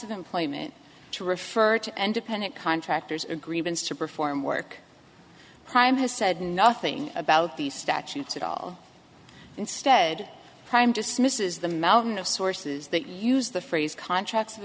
of employment to refer to and dependent contractors agreements to perform work crime has said nothing about these statutes at all instead prime dismisses the mountain of sources that use the phrase contract